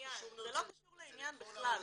לעניין בכלל.